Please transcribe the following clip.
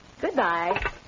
Goodbye